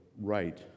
right